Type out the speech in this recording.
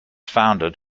founded